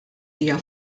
hija